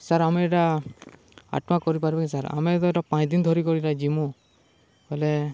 sir ଆମେ ଏଇଟା ଆଠ୍ ଟଙ୍କା କରିପାରନି ସାର୍ ଆମେ ତ ଏଟା ପାଞ୍ଚ ଦିନ ଧରି କରିନା ଯିମୁଁ ହେଲେ